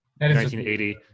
1980